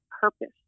purpose